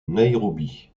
nairobi